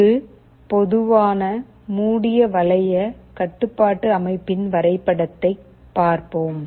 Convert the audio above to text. ஒரு பொதுவான மூடிய வளைய கட்டுப்பாட்டு அமைப்பின் வரைபடத்தைப் பார்ப்போம்